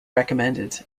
recommended